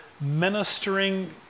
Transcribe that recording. ministering